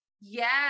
Yes